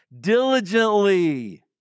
diligently